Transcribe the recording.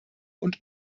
und